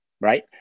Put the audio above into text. right